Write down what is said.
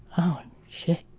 oh shit!